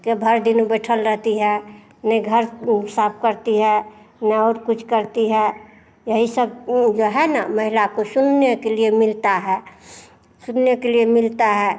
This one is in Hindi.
के भर दिन बैठी रहती है नहीं घर साफ करती है न और कुछ करती है यही सब ऊ जो है न महिला को सुनने के लिए मिलता है सुनने के लिए मिलता है